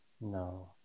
No